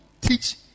teach